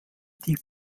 die